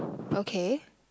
okay